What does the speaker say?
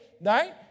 right